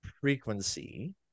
frequency